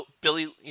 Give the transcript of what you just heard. Billy